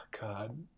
god